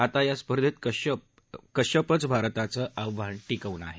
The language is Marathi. आता या स्पर्धेत कश्यपच भारताचं आव्हान टिकवून आहे